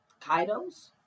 Kaidos